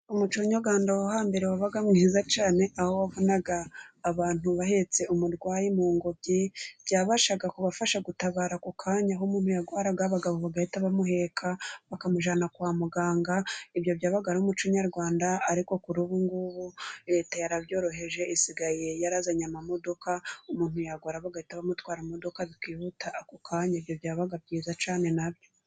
Umuco nyarwanda wo hambere, wabaga mwiza cyane, aho wavunaga abantu bahetse umurwayi mu ngobyi, byabashaga kubafasha gutabara ako kanya, aho umuntu yarwaraga, abagabo bagahita bamuheka, bakamujyana kwa muganga, ibyo byabaga ari umuco nyarwanda, ariko kuri ubu, leta yarabyoroheje isigaye yarazanye amamodoka, umuntu yarwara, bagahita bamutwara n'imidoka ako kanya, ibyo byabaga byiza cyane nabyo.